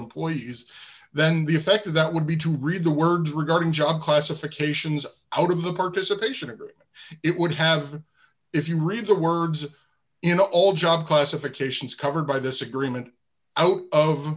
employees then the effect of that would be to read the words regarding job classifications out of the participation or it would have if you read the words in all job classifications covered by this agreement out of